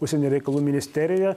užsienio reikalų ministerija